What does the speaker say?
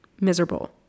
miserable